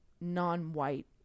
non-white